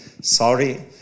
sorry